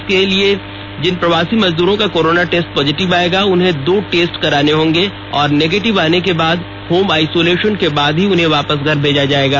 इसके अलावा जिन प्रवासी मजदूरों का कोरोना टेस्ट पॉजिटिव आयेगा उन्हें दो टेस्ट कराने होंगे और निगेटिव आने के बाद होम आइसोलेशन के बाद ही उन्हें वापस घर भेजा जायेगा